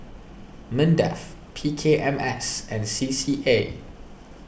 Mindef P K M S and C C A